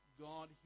God